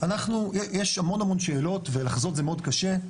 יש המון שאלות ולחזות זה מאוד קשה,